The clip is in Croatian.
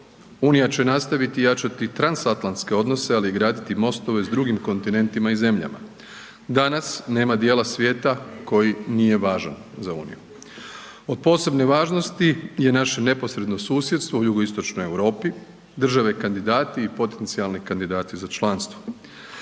Unija će nastaviti jačati i transatlantske odnose, ali i graditi mostove s drugim kontinentima i zemljama. Danas nema dijela svijeta koji nije važan za uniju. Od posebne važnosti je naše neposredno susjedstvo u Jugoistočnoj Europi, države kandidati i potencijalni kandidati za članstvo.